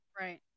right